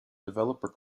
developer